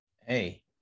hey